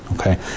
okay